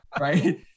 right